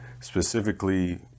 specifically